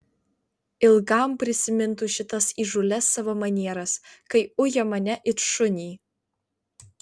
ilgam prisimintų šitas įžūlias savo manieras kai uja mane it šunį